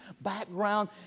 background